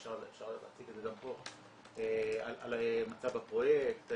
אפשר להציג את זה גם פה, על מצב הפרויקט,